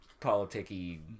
politicky